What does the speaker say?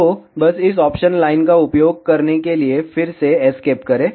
तो बस इस ऑप्शन लाइन का उपयोग करने के लिए फिर से एस्केप करें